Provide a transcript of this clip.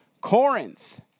Corinth